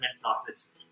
process